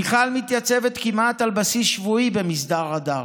מיכל מתייצבת כמעט על בסיס שבועי ב"מסדר הדר"